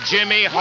Jimmy